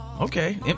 Okay